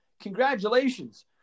congratulations